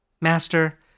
Master